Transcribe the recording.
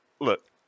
look